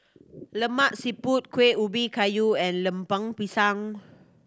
Lemak Siput Kueh Ubi Kayu and Lemper Pisang